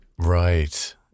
Right